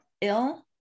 ill